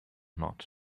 not